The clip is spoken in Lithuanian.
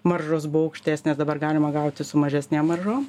maržos buvo aukštesnės dabar galima gauti su mažesnėm maržom